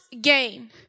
gain